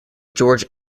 george